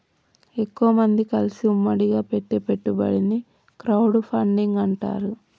ఎక్కువమంది కలిసి ఉమ్మడిగా పెట్టే పెట్టుబడిని క్రౌడ్ ఫండింగ్ అంటారు